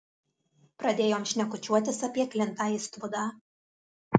pradėjom šnekučiuotis apie klintą istvudą